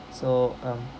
so um